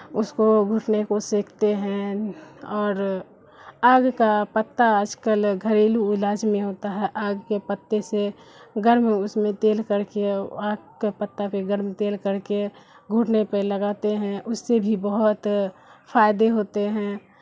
اس کو گھٹنے کو سینکتے ہیں اور آگ کا پتا آج کل گھریلو علاج میں ہوتا ہے آگ کے پتے سے گرم اس میں تیل کر کے آگ کے پتا پہ گرم تیل کر کے گھٹنے پہ لگاتے ہیں اس سے بھی بہت فائدے ہوتے ہیں